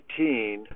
2018